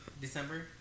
December